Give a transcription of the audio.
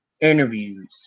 interviews